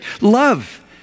Love